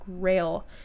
grail